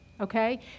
okay